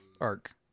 arc